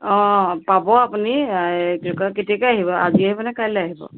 অ পাব আপুনি এই কি কয় কেতিয়াকৈ আহিব আজি আহিবনে কাইলৈ আহিব